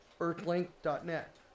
earthlink.net